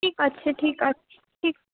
ଠିକ୍ ଅଛି ଠିକ୍ ଅଛି ଠିକ୍